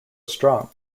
strong